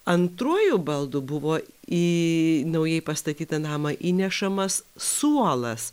antruoju baldu buvo į naujai pastatytą namą įnešamas suolas